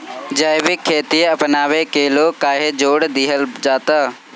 जैविक खेती अपनावे के लोग काहे जोड़ दिहल जाता?